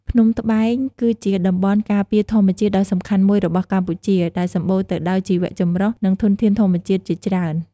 ភ្នំត្បែង គឺជាតំបន់ការពារធម្មជាតិដ៏សំខាន់មួយរបស់កម្ពុជា ដែលសម្បូរទៅដោយជីវៈចម្រុះ និងធនធានធម្មជាតិជាច្រើន។